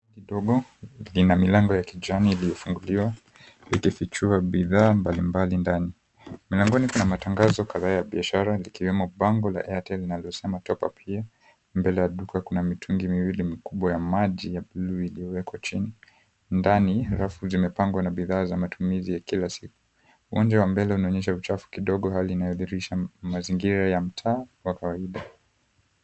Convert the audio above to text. Kidogo lina milango ya kijani iliyofunguliwa ikifichua bidhaa mbalimbali ndani. Mlangoni kuna matangazo kadhaa ya biashara likiwemo bango la airtel linalosema, Top Up Here. Mbele ya duka kuna mitungi miwili mikubwa ya maji ya bluu iliyowekwa chini. Ndani, rafu zimepangwa na bidhaa za matumizi ya kila siku. Uwanja wa mbele unaonyesha uchafu kidogo, hali inayodhihirisha mazingira ya mtaa wa kawaida.